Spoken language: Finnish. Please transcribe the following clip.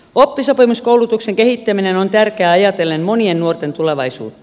oppisopimuskoulutuksen kehittäminen on tärkeää ajatellen monien nuorten tulevaisuutta